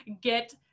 get